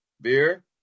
Beer